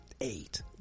Eight